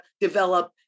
develop